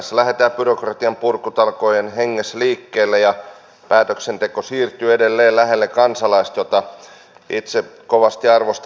tässä lähdetään byrokratian purkutalkoiden hengessä liikkeelle ja päätöksenteko siirtyy edelleen lähelle kansalaista mitä itse kovasti arvostan